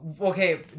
okay